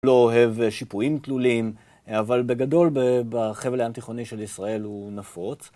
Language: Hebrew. לא אוהב שיפועים תלולים, אבל בגדול, בחבל הים-תיכוני של ישראל הוא נפוץ.